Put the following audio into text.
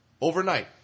overnight